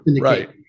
right